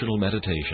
meditation